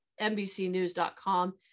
NBCNews.com